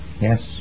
Yes